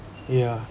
ya